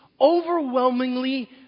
overwhelmingly